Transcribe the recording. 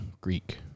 Greek